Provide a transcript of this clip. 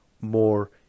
more